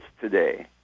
today